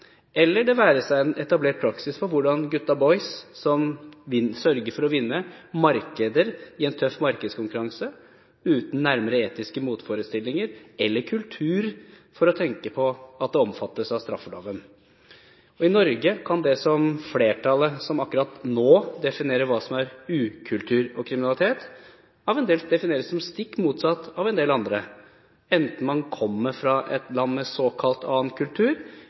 eller det er en etablert praksis for «gutta boys», som sørger for å vinne markeder i en tøff konkurranse, uten nærmere etiske motforestillinger eller kultur for at det omfattes av straffeloven. I Norge kan det som flertallet akkurat nå definerer som ukultur og kriminalitet, defineres som det stikk motsatte av en del andre, enten man kommer fra et land med såkalt annen kultur